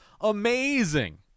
amazing